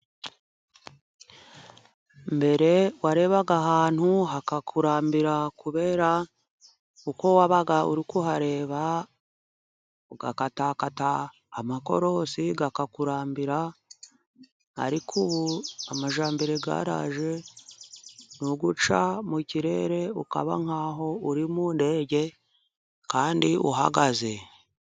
Mbere warebaga ahantu hakakurambira，kubera uko wabaga uri kuhareba， ugakatakata amakorosi akakurambira， ariko ubu amajyambere yaraje， Ni uguca mu kirere，ukaba nk’aho uri mu ndege kandi uhagaze.